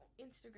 Instagram